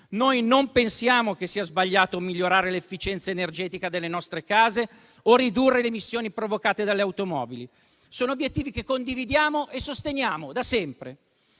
Non pensiamo che sia sbagliato migliorare l'efficienza energetica delle nostre case o ridurre le emissioni provocate dalle automobili. Sono obiettivi che condividiamo e sosteniamo da sempre.